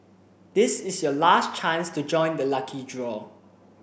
this is your last chance to join the lucky draw